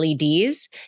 LEDs